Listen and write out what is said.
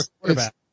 quarterback